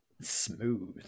smooth